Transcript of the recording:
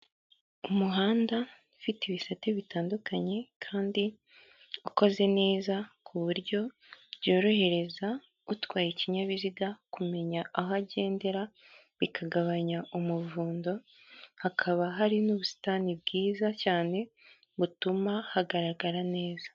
Umuhanda ufite ibisate bitandukanye kandi ukoze neza ku buryo byorohereza utwaye ikinyabiziga kumenya aho agendera bikagabanya umuvundo, hakaba hari n'ubusitani bwiza cyane butuma hagaragara neza.